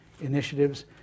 initiatives